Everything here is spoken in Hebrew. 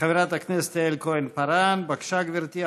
חברת הכנסת יעל כהן-פארן, בבקשה, גברתי.